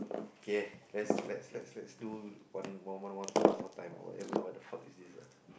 okay let's let's let's let's let's do one one one one one more time ah whatever what the fuck is this ah